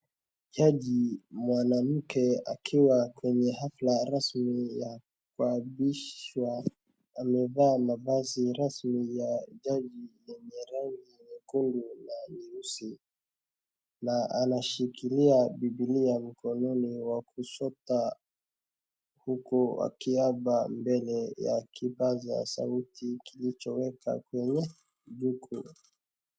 Jaji mwanamke akiwa kwenye hafla rasmi ya kuapishwa, amevaa mavazi rasmi ya jaji yenye rangi nyekundu na nyeusi. Na anashikilia Biblia mkononi wa kushota huku akiapa mbele ya kipaza sauti kilichoweka kwenye jukwaa.